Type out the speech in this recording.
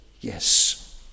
yes